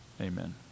amen